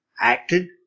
acted